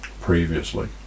previously